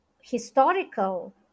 historical